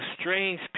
strange